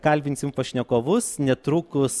kalbinsim pašnekovus netrukus